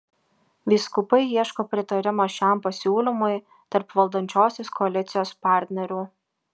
vyskupai ieško pritarimo šiam pasiūlymui tarp valdančiosios koalicijos partnerių